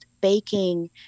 baking